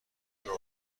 دارو